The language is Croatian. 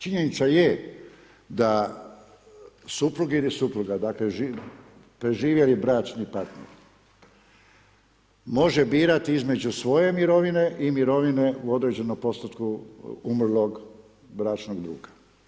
Činjenica je da suprug ili supruga, dakle preživjeli bračni partner može birati između svoje mirovine i mirovine u određenom postotku umrlog bračnog druga.